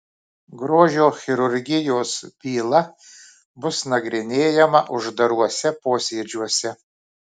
grožio chirurgijos byla bus nagrinėjama uždaruose posėdžiuose